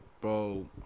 bro